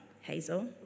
Hazel